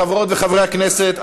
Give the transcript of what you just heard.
חברי וחברות הכנסת,